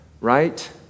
Right